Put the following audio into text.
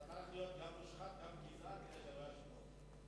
אתה צריך להיות גם מושחת וגם גזען כדי שלא יאשימו אותך.